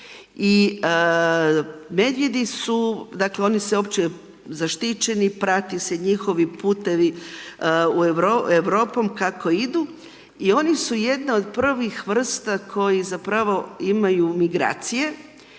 I medvjedi su, dakle, oni se opće zaštićeni, prate se njihovi putevi Europom kako idu i oni su jedna od prvih vrsta koji zapravo imaju migracije